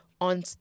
on